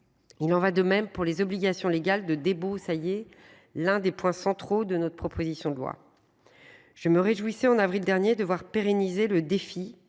Il en va de même pour les obligations légales de débroussailler. L'un des points centraux de notre proposition de loi. Je me réjouissais en avril dernier de voir pérenniser le défi